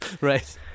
Right